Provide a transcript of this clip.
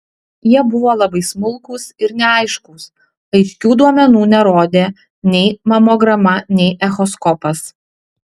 jie buvo labai smulkūs ir neaiškūs aiškių duomenų nerodė nei mamograma nei echoskopas